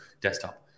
desktop